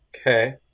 okay